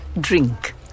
Drink